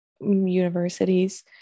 universities